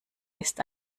ist